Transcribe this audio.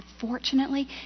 unfortunately